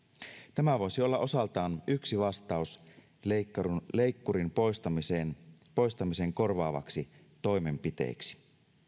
tämä voisi olla osaltaan yksi vastaus leikkurin poistamisen korvaavaksi toimenpiteeksi